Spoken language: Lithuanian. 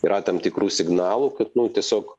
yra tam tikrų signalų kad tiesiog